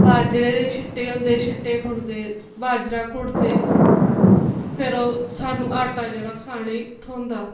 बाजरे दे सिट्टे हुंदे सिट्टे खुंड्डदे बाजरा कुट्टदे फिर ओह् स्हानू आटा जेह्ड़ा खाने गी थ्होंदा